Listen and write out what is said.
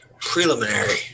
preliminary